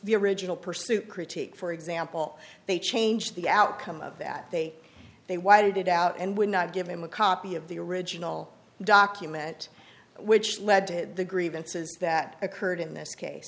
the original pursuit critique for example they changed the outcome of that they they why did it out and would not give him a copy of the original document which led to the grievances that occurred in this case